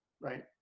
right